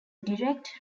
direct